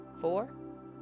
four